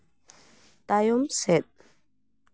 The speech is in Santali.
ᱛᱟᱭᱚᱢ ᱥᱮᱫ